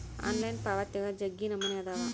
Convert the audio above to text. online ಪಾವಾತ್ಯಾಗ ಜಗ್ಗಿ ನಮೂನೆ ಅದಾವ